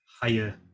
higher